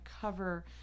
cover